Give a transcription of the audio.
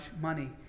money